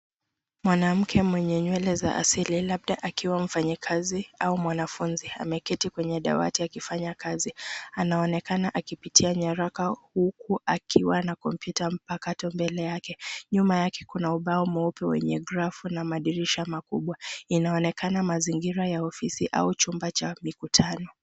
Mwanamke mwenye nywele za asili, labda akiwa mfanyikazi au mwanafunzi, ameketi kwenye dawati akifanya kazi. Anaonekana akipitia nyaraka, huku akiwa na kompyuta mpakato mbele yake. Nyuma yake kuna ubao mweupe wenye grafu na madirisha makubwa, inaonekana mazingira ya ofisi au chumba cha mikutano.